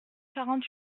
quarante